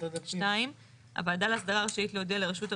2. הוועדה להסדרה רשאית להודיע לרשות הרישוי,